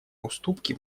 уступки